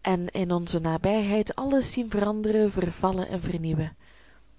en in onze nabijheid alles zien veranderen vervallen en vernieuwen